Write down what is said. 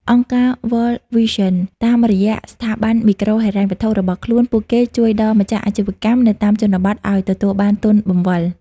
អង្គការ World Vision តាមរយៈស្ថាប័នមីក្រូហិរញ្ញវត្ថុរបស់ខ្លួន ពួកគេជួយដល់ម្ចាស់អាជីវកម្មនៅតាមជនបទឱ្យទទួលបាន "ទុនបង្វិល"។